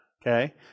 Okay